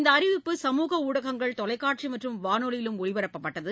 இந்த அறிவிப்பு சமூக ஊடகங்கள் தொலைக்காட்சி மற்றும் வானொலியிலும் ஒலிபரப்பப்பட்டது